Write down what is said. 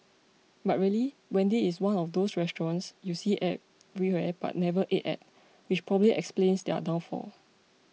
but really Wendy's is one of those restaurants you see everywhere but never ate at which probably explains their downfall